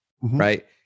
right